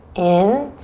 in,